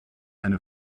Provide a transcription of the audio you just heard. eine